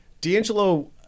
D'Angelo